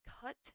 cut